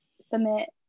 submit